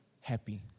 happy